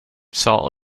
salt